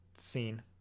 scene